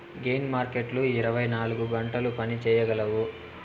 gain మార్కెట్లు ఇరవై నాలుగు గంటలు పని చేయగలవు